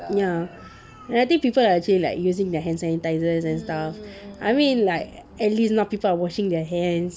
ya and I think people are actually like using their hand sanitisers and stuff I mean like at least now people are washing their hands